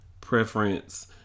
preference